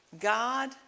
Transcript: God